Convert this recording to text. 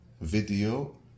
video